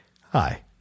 Hi